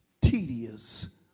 tedious